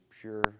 pure